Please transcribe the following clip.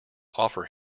offer